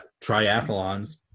triathlons